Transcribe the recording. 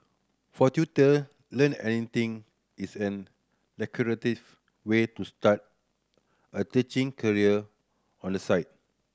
for tutor Learn Anything is an lucrative way to start a teaching career on the side